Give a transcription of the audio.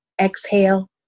exhale